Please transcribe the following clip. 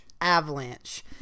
Avalanche